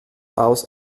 aus